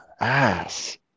ass